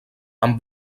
amb